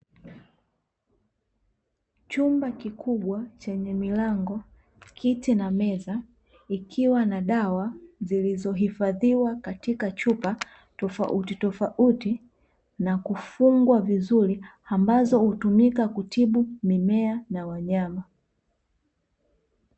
Chumba kikubwa chenye milango, kiti na meza ikiwa na dawa zilizohifadhiwa katika chupa tofauti tofauti, na kufungwa vizuri ambazo hutumika katika kutibu mimea na wanyama.